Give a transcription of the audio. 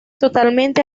totalmente